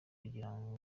kungira